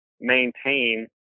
maintain